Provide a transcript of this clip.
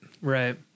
Right